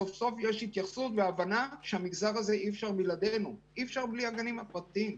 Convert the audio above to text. סוף-סוף יש הבנה שאי-אפשר בלי הגנים הפרטיים.